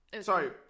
Sorry